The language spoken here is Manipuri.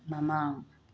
ꯃꯃꯥꯡ